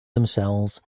themselves